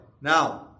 Now